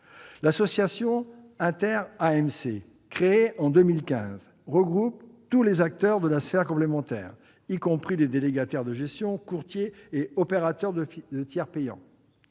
L'association Inter-AMC, créée en 2015, regroupe tous les acteurs de la sphère complémentaire, y compris les délégataires de gestion, courtiers et opérateurs de tiers payant.